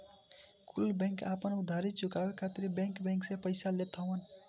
कुल बैंक आपन उधारी चुकाए खातिर बैंकर बैंक से पइसा लेत हवन